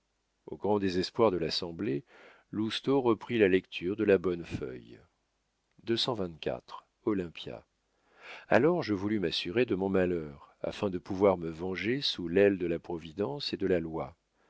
au grand désespoir de l'assemblée lousteau reprit la lecture de la bonne feuille olympe alors je voulus m'assurer de mon malheur afin de pouvoir me venger sous l'aile de la providence et de la loi